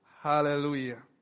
Hallelujah